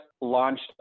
launched